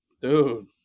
Dude